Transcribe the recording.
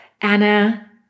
Anna